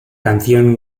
canción